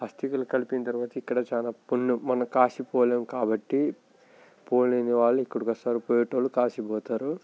అస్తికలు కలిపిన తరువాత ఇక్కడ చాలా పుణ్యం మనం కాశీ పోలేం కాబట్టి పోలేని వాళ్ళు ఇక్కడికి వస్తారు పోయేవాళ్ళు కాశీకి పోతారు